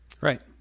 Right